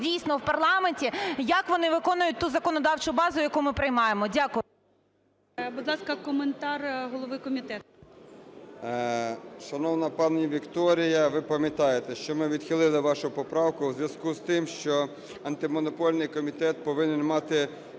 дійсно, в парламенті, як вони виконують ту законодавчу базу, яку ми приймаємо. Дякую. ГОЛОВУЮЧИЙ. Будь ласка, коментар голови комітету. 10:42:05 ІВАНЧУК А.В. Шановна пані Вікторія, ви пам'ятаєте, що ми відхили вашу поправку в зв'язку із тим, що Антимонопольний комітет повинен мати